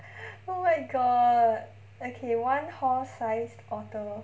oh my god okay one horse size otter